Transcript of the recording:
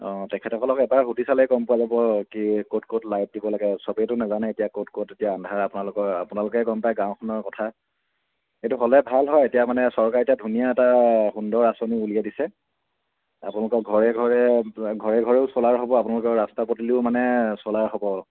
অঁ তেখেতসকলক এবাৰ সুধি চালেই গম পোৱা হ'ব কি ক'ত ক'ত লাইট দিব লাগে চবেইেতো নাজানে এতিয়া ক'ত ক'ত এতিয়া আন্ধাৰ আপোনালোকৰ আপোনালোকে গম পায় গাঁওখনৰ কথা এইটো হ'লে ভাল হয় এতিয়া মানে চৰকাৰে এতিয়া ধুনীয়া এটা সুন্দৰ আঁচনি উলিয়াই দিছে আপোনালোকৰ ঘৰে ঘৰে ঘৰে ঘৰেও চ'লাৰ হ'ব আপোনালোকৰ ৰাস্তা পদূলিও মানে চ'লাৰ হ'ব আৰু